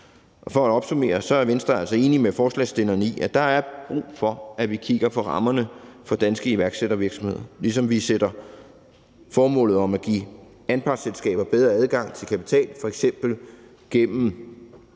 For at opsummere er Venstre altså enig med forslagsstillerne i, at der er brug for, at vi kigger på rammerne for danske iværksættervirksomheder, ligesom vi støtter formålet om at give anpartsselskaber bedre adgang til kapital, f.eks. gennem